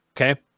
Okay